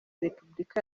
repubulika